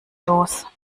los